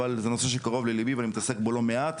אבל זה נושא שקרוב לליבי ואני מתעסק בו לא מעט.